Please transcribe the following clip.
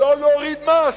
לא להוריד מס.